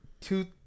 Two